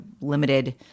limited